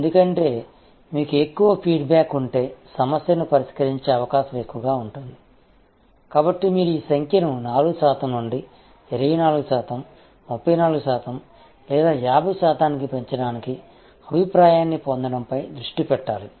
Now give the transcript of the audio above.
ఎందుకంటే మీకు ఎక్కువ ఫీడ్బ్యాక్ ఉంటే సమస్యను పరిష్కరించే అవకాశం ఎక్కువగా ఉంటుంది కాబట్టి మీరు ఈ సంఖ్యను 4 శాతం నుండి 24 శాతం 34 శాతం లేదా 50 శాతానికి పెంచడానికి అభిప్రాయాన్ని పొందడంపై దృష్టి పెట్టాలి